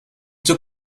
took